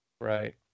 Right